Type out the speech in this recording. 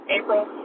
April